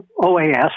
OAS